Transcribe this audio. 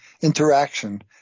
interaction